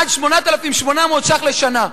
עד 8,800 שקלים לשנה.